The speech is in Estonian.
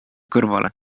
kõrvale